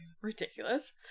Ridiculous